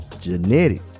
Genetic